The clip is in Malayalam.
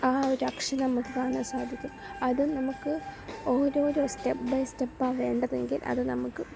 ആ ഒരു അക്ഷരം നമ്മൾക്ക് കാണാൻ സാധിക്കും അത് നമ്മൾക്ക് ഓരോരോ സ്റ്റെപ് ബൈ സ്റ്റേപ് ആണ് വേണ്ടതെങ്കിൽ അത് നമ്മൾക്ക്